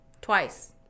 twice